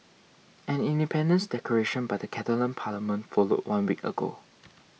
an independence declaration by the Catalan parliament followed one week ago